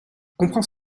comprends